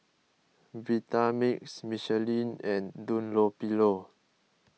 Vitamix Michelin and Dunlopillo